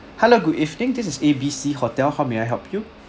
hello good evening this is A B C hotel how may I help you